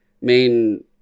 main